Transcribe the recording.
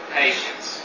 patience